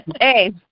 Hey